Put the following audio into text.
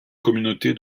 communauté